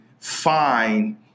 fine